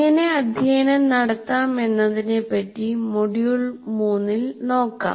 എങ്ങിനെ അധ്യയനം നടത്താം എന്നതിനെ പറ്റി മൊഡ്യൂൾ 3യിൽ നോക്കാം